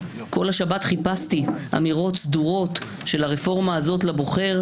כל השבת חיפשתי אמירות סדורות של הרפורמה הזאת לבוחר,